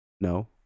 No